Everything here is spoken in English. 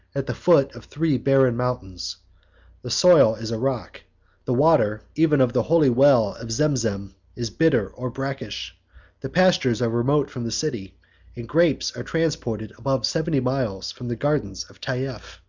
at the foot of three barren mountains the soil is a rock the water even of the holy well of zemzem is bitter or brackish the pastures are remote from the city and grapes are transported above seventy miles from the gardens of tayef.